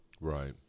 Right